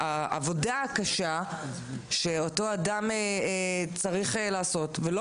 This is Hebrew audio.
העבודה הקשה שאותו אדם צריך לעשות ולא